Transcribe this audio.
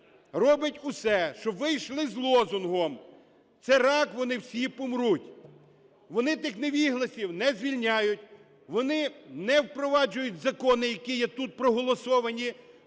робить усе, щоб ви йшли з лозунгом: "Це – рак. Вони всі помруть!" Вони тих невігласів не звільняють, вони не впроваджують закони, які є тут проголосовані.